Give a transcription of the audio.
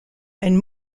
and